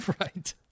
Right